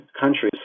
countries